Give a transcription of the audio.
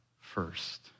first